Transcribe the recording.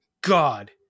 God